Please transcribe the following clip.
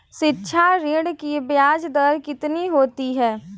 शिक्षा ऋण की ब्याज दर कितनी होती है?